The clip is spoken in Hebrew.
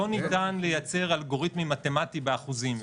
לא ניתן לייצר אלגוריתם מתמטי באחוזים,